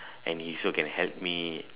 and he also can help me